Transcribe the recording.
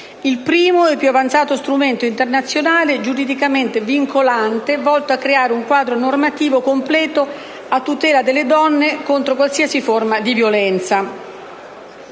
il primo e più avanzato strumento internazionale giuridicamente vincolante volto a creare un quadro normativo completo a tutela delle donne contro qualsiasi forma di violenza.